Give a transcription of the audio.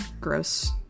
gross